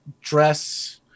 dress